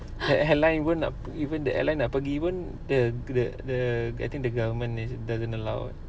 airline pun even the airline nak pergi pun the the the I think the government doesn't allow